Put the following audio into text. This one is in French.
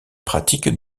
pratique